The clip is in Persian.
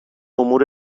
امور